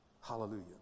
Hallelujah